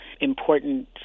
important